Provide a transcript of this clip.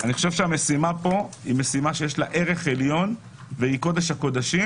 אני חושב שהמשימה פה היא משימה שיש לה ערך עליון והיא קודש קודשים.